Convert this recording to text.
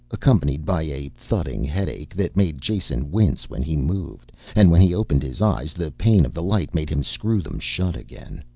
accompanied by a thudding headache that made jason wince when he moved, and when he opened his eyes the pain of the light made him screw them shut again.